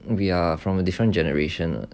we are from a different generation